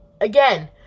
Again